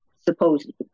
supposedly